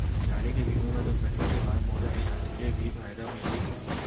गाड़ी के बीमा मा दुर्घटना के बाद मोला इलाज के भी फायदा मिलही का?